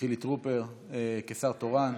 חילי טרופר כשר תורן,